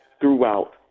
throughout